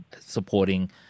supporting